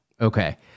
okay